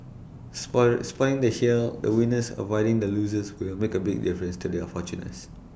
spotter spotting the shale the winners avoiding the losers will make A big difference to their fortune less